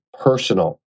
personal